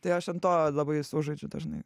tai aš ant to labai sužaidžiu dažnai